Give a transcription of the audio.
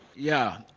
yeah